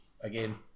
again